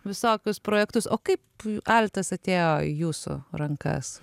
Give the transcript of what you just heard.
visokius projektus o kaip altas atėjo į jūsų rankas